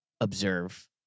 observe